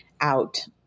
out